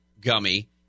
gummy